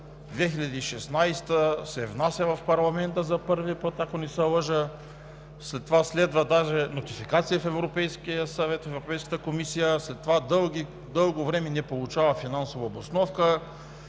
2016 г. се внася в парламента за първи път, ако не се лъжа, след това следва дори нотификация в Европейската комисия, след това дълго време не получава финансова обосновка.